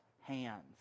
hands